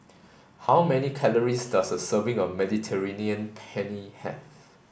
how many calories does a serving of Mediterranean Penne have